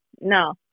No